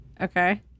Okay